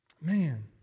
Man